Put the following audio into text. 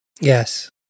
Yes